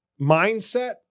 mindset